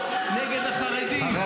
--- חסרת בושה,